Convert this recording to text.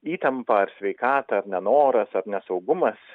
įtampa ar sveikata ar nenoras ar nesaugumas